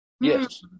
Yes